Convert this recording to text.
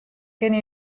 kinne